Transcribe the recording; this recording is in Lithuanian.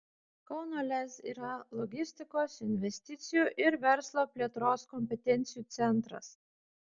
kauno lez yra logistikos investicijų ir verslo plėtros kompetencijų centras